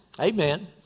Amen